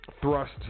thrust